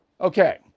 Okay